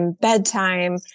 bedtime